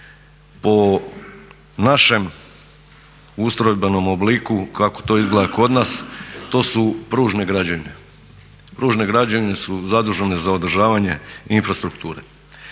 Po našem ustrojbenom obliku kako to izgleda kod nas to su pružne građevine. Pružne građevine su zadužene za održavanje infrastrukture.